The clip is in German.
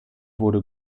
wurde